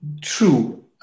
True